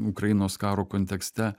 ukrainos karo kontekste